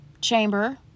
chamber